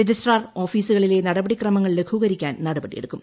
registrar ഓഫീസുകളിലെ നടപടിക്രമങ്ങൾ ലഘൂകരിക്കാൻ നടപടി എടുക്കും